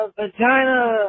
vagina